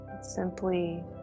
simply